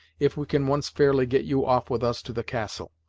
if we can once fairly get you off with us to the castle.